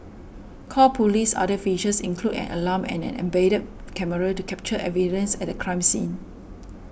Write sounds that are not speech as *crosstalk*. call Police's other features include an alarm and an embedded *unintelligible* camera to capture evidence at a crime scene